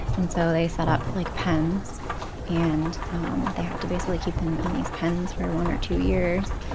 and so they set up like pens and they have to basically keep them in these pens for one or two years,